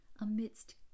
amidst